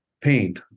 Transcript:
paint